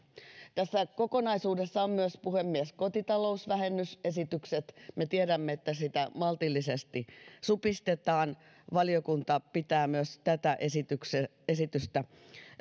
tässä kokonaisuudessa ovat myös puhemies kotitalousvähennysesitykset me tiedämme että kotitalousvähennystä maltillisesti supistetaan valiokunta pitää myös tätä esitystä